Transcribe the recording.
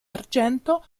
argento